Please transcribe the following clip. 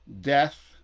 death